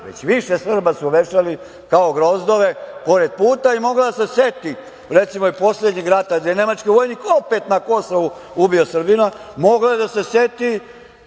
već više Srba su vešali kao grozdove pored puta i mogla je da se seti, recimo, i poslednjeg rata gde je nemački vojnik opet na Kosovu ubio Srbina. Mogla je da se seti